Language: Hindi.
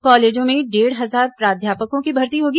कॉलेजों में डेढ़ हजार प्राध्यापकों की भर्ती होगी